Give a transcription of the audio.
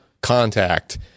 contact